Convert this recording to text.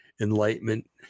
enlightenment